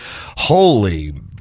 holy